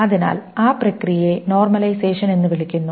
അതിനാൽ ആ പ്രക്രിയയെ നോർമലൈസേഷൻ എന്ന് വിളിക്കുന്നു